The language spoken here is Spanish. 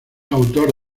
autor